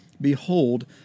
Behold